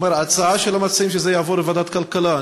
ההצעה של המציעים היא שזה יעבור לוועדת הכלכלה.